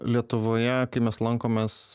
lietuvoje kai mes lankomės